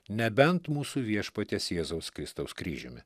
nebent mūsų viešpaties jėzaus kristaus kryžiumi